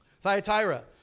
Thyatira